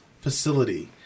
facility